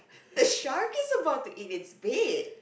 a shark is about to eat it's bait